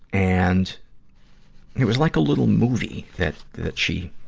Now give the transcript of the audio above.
and it was like a little movie that, that she,